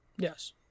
Yes